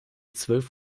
zwölf